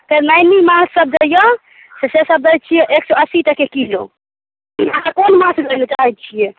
फेर नैनी माँछ सब जे यऽ से सब दै छियै एक सए अस्सी टके किलो अहाँ कोन माँछ लै लऽ चाहैत छियै